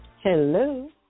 Hello